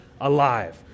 alive